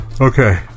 Okay